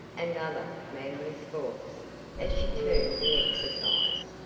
and other manly sports as she termed the exercise.